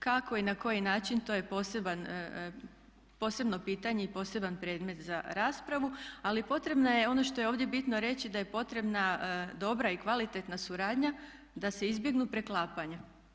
Kako i na koji način to je posebno pitanje i poseban predmet za raspravu ali potrebna je, ono što je ovdje bitno reći, da je ovdje potrebna dobra i kvalitetna suradnja da se izbjegnu preklapanja.